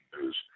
News